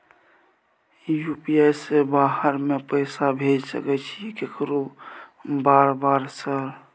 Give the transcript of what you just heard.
UPI से बाहर में पैसा भेज सकय छीयै केकरो बार बार सर?